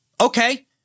okay